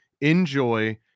enjoy